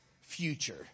future